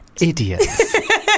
Idiots